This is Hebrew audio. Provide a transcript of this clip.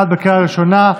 חברי הכנסת,